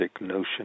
notion